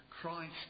Christ